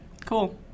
Cool